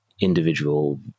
individual